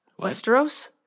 Westeros